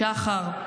שחר,